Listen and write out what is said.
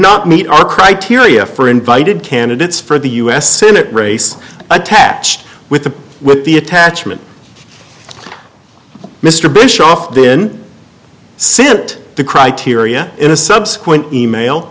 not meet our criteria for invited candidates for the u s senate race attached with the with the attachment mr bush often sit the criteria in a subsequent email